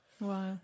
wow